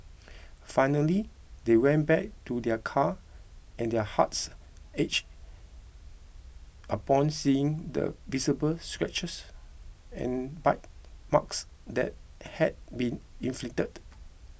finally they went back to their car and their hearts ached upon seeing the visible scratches and bite marks that had been inflicted